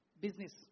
business